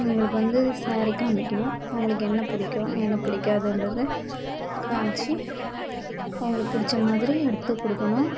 இவங்களுக்கு வந்து ஸாரி காமிக்கணும் அவங்ளுக்கு என்ன பிடிக்கு என்ன பிடிக்காதுன்றது காமிச்சி அவங்களுக்கு பிடிச்ச மாதிரி எடுத்துக் கொடுக்கணும்